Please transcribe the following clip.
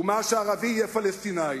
ומה שערבי יהיה פלסטיני.